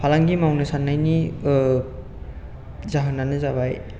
फालांगि मावनो सान्नायनि ओह जाहोनानो जाबाय